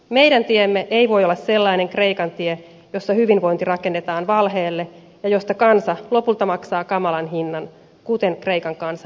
meidän tiemme ei voi olla sellainen kreikan tie jossa hyvinvointi rakennetaan vaiheelle ja josta kansa lopulta maksaa kamalan hinnan kuten kreikan kansa nyt tekee